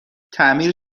تعمیر